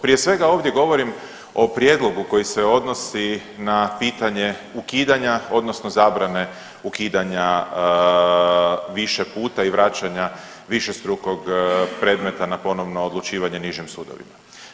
Prije svega ovdje govorim o prijedlogu koji se odnosi na pitanje ukidanja odnosno zabrane ukidanja više puta i vraćanja višestrukog predmeta na ponovno odlučivanje nižim sudovima.